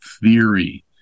theory